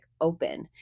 open